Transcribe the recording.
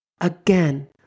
Again